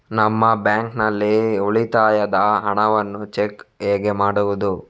ನಮ್ಮ ಬ್ಯಾಂಕ್ ನಲ್ಲಿ ಉಳಿತಾಯದ ಹಣವನ್ನು ಚೆಕ್ ಹೇಗೆ ಮಾಡುವುದು?